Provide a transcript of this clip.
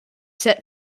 set